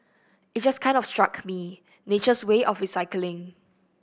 it just kind of struck me nature's way of recycling